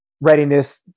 readiness